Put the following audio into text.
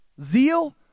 Zeal